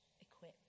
equip